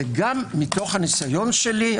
זה גם מתוך הניסיון שלי,